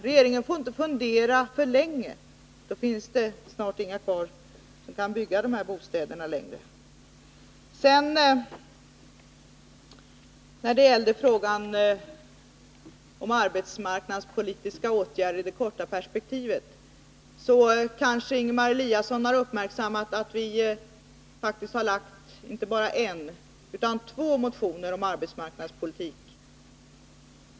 Regeringen får inte fundera för länge, ty då finns det snart inga kvar som kan bygga de här bostäderna. När det gäller frågan om arbetsmarknadspolitiska åtgärder i det korta perspektivet har kanske Ingemar Eliasson uppmärksammat att vi faktiskt har lagt fram inte bara en utan två motioner om arbetsmarknadspolitik.